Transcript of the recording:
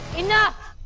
enough.